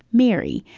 mary,